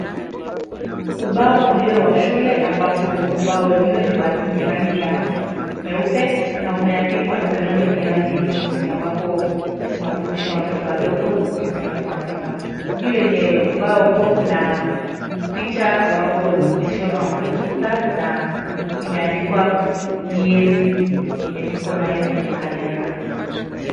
Ubao ulio wa shule ambapo ubao wenyewe ni wa rangi ya nyeupe na umeandikwa na kalamu yenye rangi ya nyeusi ambapo inafundisha watoto wadogo jinsi ya kuandika. Juu yenye ubao huo kuna picha ambapo imechorwa matunda na imeandikwa miezi yenye tuko nayo kwenye kalenda.